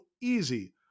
easy